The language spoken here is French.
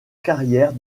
carrière